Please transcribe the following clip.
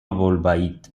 bolbait